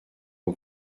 aux